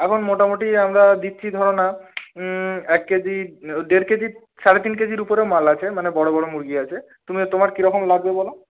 এখন মোটামুটি আমরা দিচ্ছি ধরো না এক কেজি দেড় কেজি সাড়ে তিন কেজির উপরেও মাল আছে মানে বড়ো বড়ো মুরগি আছে তুমি তোমার কিরকম লাগবে বলো